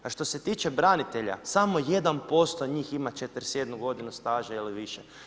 A što se tiče branitelja, samo 1% njih ima 41 godinu staža ili više.